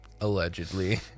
Allegedly